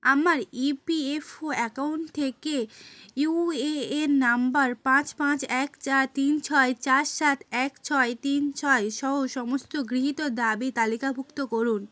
আমার EPFO account থেকে UAN number পাঁচ পাঁচ এক চার তিন ছয় চার সাত এক ছয় তিন ছয় সহ সমস্ত গৃহীত দাবি তালিকাভুক্ত করুন